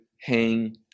hang